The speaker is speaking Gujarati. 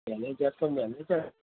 મેનેજર તો મેનેજર